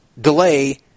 delay